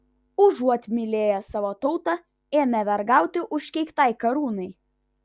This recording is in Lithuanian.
užuot mylėję savo tautą ėmė vergauti užkeiktai karūnai